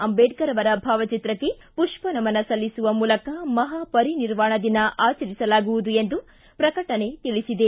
ಅಂಬೇಡ್ತರ್ ಅವರ ಭಾವಚಿತ್ರಕ್ಕೆ ಪುಪ್ಪನಮನ ಸಲ್ಲಿಸುವ ಮೂಲಕ ಮಹಾಪರಿನಿರ್ವಾಣ ದಿನ ಆಚರಿಸಲಾಗುವುದು ಎಂದು ಪ್ರಕಟಣೆ ತಿಳಿಸಿದೆ